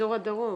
באזור הדרום.